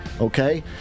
Okay